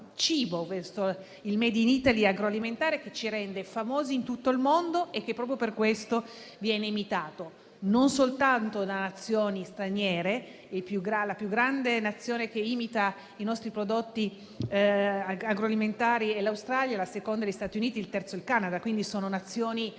al *made in Italy* agroalimentare che ci rende famosi in tutto il mondo e che, proprio per questo, viene imitato, non soltanto da Paesi stranieri: il più grande Paese che imita i nostri prodotti agroalimentari è l'Australia, il secondo gli Stati Uniti, il terzo il Canada. Si tratta,